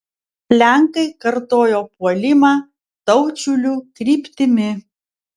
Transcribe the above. lenkai kartojo puolimą taučiulių kryptimi